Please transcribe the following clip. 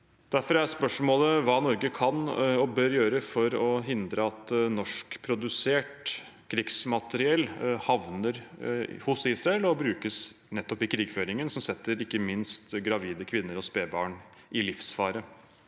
Derfor er spørsmålet hva Norge kan og bør gjøre for å hindre at norskprodusert krigsmateriell havner hos Israel og brukes i krigføringen som setter ikke minst gravide kvinner og spedbarn i livsfare.